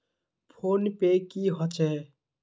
Phone पै की होचे?